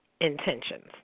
Intentions